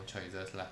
choices lah